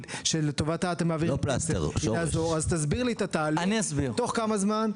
שלטובתה אתם מעבירים --- אז תסביר לי את התהליך תוך כמה זמן?